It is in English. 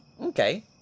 okay